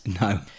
No